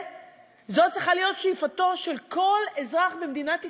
זו צריכה להיות שאיפתו של כל אזרח במדינת ישראל,